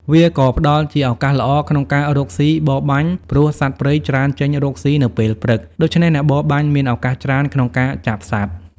វាក៏ផ្ដល់ជាឱកាសល្អក្នុងការរកស៊ីបរបាញ់ព្រោះសត្វព្រៃច្រើនចេញរកស៊ីនៅពេលព្រឹក ដូច្នេះអ្នកបរបាញ់មានឱកាសច្រើនក្នុងការចាប់សត្វ ។